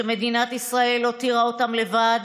שמדינת ישראל הותירה אותם לבד,